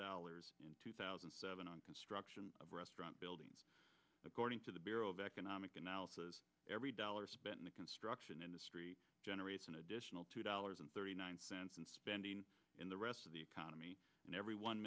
dollars in two thousand and seven on construction of restaurant buildings according to the bureau of economic analysis every dollar spent in the construction industry generates an additional two dollars and thirty nine cents in spending in the rest of the economy and every one